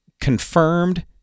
confirmed